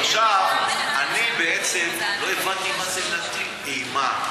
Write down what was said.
אני בעצם לא הבנתי מה זה להטיל אימה.